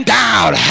down